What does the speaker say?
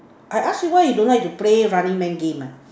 I ask you why you don't like to play running man game ah